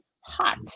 hot